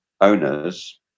owners